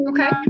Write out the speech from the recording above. Okay